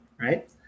right